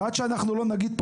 ועד שאנחנו לא נגיד פה,